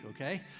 okay